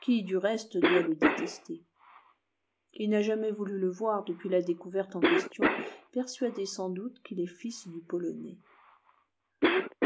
qui du reste doit le détester il n'a jamais voulu le voir depuis la découverte en question persuadé sans doute qu'il est fils du polonais